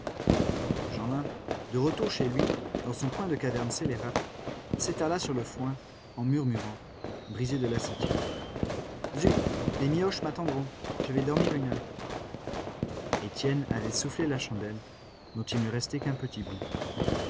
jeanlin de retour chez lui dans son coin de caverne scélérate s'étala sur le foin en murmurant brisé de lassitude zut les mioches m'attendront je vais dormir une heure étienne avait soufflé la chandelle dont il ne restait qu'un petit bout